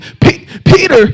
Peter